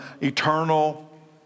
eternal